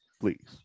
please